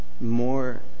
more